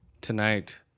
tonight